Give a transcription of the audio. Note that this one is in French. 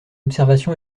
observation